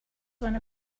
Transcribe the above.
wanna